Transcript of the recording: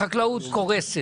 החקלאות קורסת.